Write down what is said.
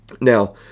Now